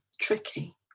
tricky